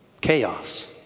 Chaos